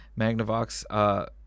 Magnavox